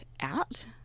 out